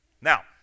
Now